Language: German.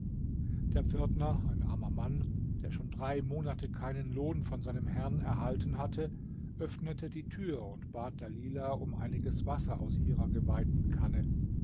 der pförtner ein armer mann der schon drei monate keinen lohn von seinem herrn erhalten hatte öffnete die tür und bat dalilah um einiges wasser aus ihrer geweihten kanne